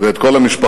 ואת כל המשפחה